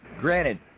granted